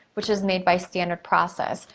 which is made by standard process.